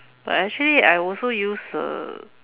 but actually I also use the